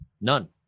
None